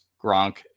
Gronk